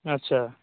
अच्छा